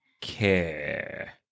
care